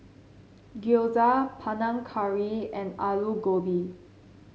Gyoza Panang Curry and Alu Gobi